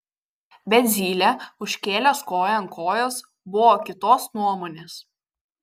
bet zylė užkėlęs koją ant kojos buvo kitos nuomones